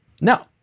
No